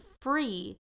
free